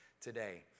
today